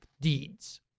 deeds